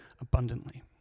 abundantly